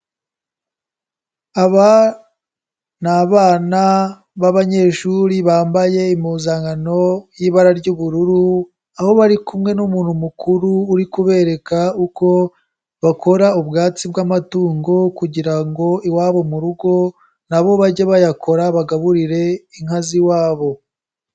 Aba ni abana b'abanyeshuri bambaye impuzankano y'ibara ry'ubururu, aho bari kumwe n'umuntu mukuru uri kubereka uko bakora ubwatsi bw'amatungo kugira ngo iwabo mu rugo na bo bajye bayakora, bagaburire inka z'iwabo.